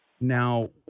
Now